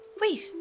Wait